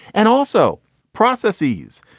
and also process's.